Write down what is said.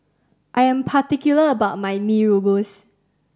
I am particular about my Mee Rebus